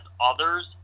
others